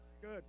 Good